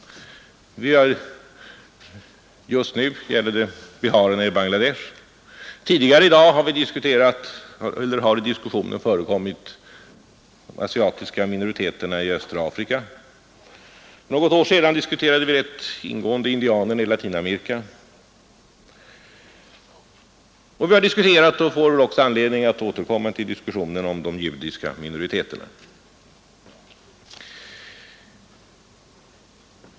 Just nu gäller det biharerna i Bangladesh. Tidigare i dag har i diskussionen talats om de asiatiska minoriteterna i östra Afrika. För något år sedan diskuterade vi rätt ingående indianerna i Latinamerika. Vi har diskuterat de judiska minoriteterna och får väl också anledning att återkomma till den diskussionen.